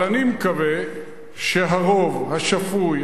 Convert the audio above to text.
אבל אני מקווה שהרוב השפוי,